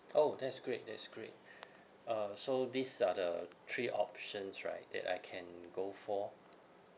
!ow! that's great that's great uh so these are the three options right that I can go for